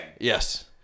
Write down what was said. Yes